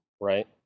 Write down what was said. right